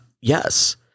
Yes